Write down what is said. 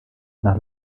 nach